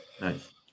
Nice